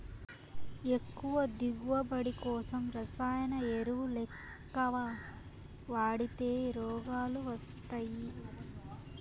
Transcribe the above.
ఎక్కువ దిగువబడి కోసం రసాయన ఎరువులెక్కవ వాడితే రోగాలు వస్తయ్యి